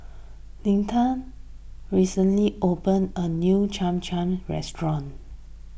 Leonta recently opened a new Cham Cham restaurant